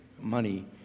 money